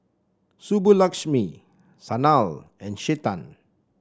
Subbulakshmi Sanal and Chetan